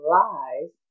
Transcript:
lies